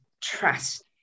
trust